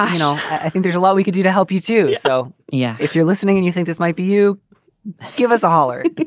i think there's a lot we could do to help you do so. yeah. if you're listening and you think this might be you give us a holler.